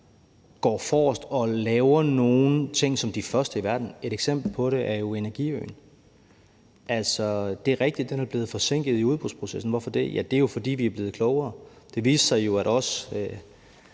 går forrest og laver nogle ting som de første i verden. Et eksempel på det er jo energiøen. Altså, det er rigtigt, at den er blevet forsinket i udbudsprocessen. Hvorfor det? Ja, det er jo, fordi vi er blevet klogere. Det viste sig jo, at os